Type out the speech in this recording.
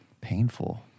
painful